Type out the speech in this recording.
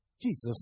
Jesus